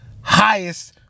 highest